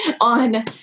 on